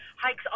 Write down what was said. hikes